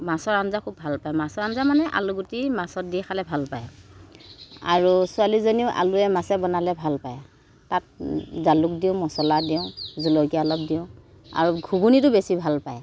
মাছৰ আঞ্জা খুব ভাল পায় মাছৰ আঞ্জা মানে আলুগুটি মাছত দি খালে ভাল পায় আৰু ছোৱালীজনীয়েও আলুৱে মাছে বনালে ভাল পায় তাত জালুক দিওঁ মছলা দিওঁ জলকীয়া অলপ দিওঁ আৰু ঘুগুনীটো বেছি ভাল পায়